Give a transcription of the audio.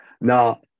Now